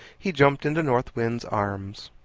he jumped into north wind's arms.